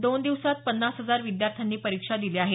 दोन दिवसात पन्नास हजार विद्यार्थ्यांनी परीक्षा दिल्या आहेत